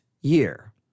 year